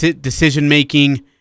decision-making